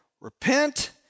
Repent